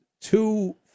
two